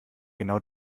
genau